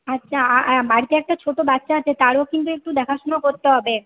আচ্ছা বাড়িতে একটা ছোট বাচ্চা আছে তার কিন্তু একটু দেখাশোনা করতে হবে